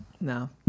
No